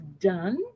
done